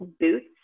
boots